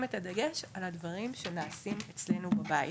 את הדגש על הדברים שנעשים אצלנו בבית.